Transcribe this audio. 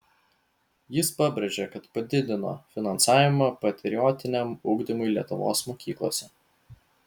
jis pabrėžė kad padidino finansavimą patriotiniam ugdymui lietuvos mokyklose